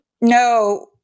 No